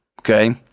Okay